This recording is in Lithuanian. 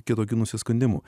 kitokių nusiskundimų